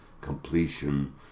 completion